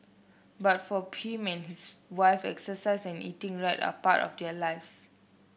but for him and his wife exercise and eating right are part of their lives